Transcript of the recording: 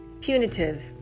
punitive